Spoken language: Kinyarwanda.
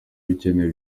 ibikenewe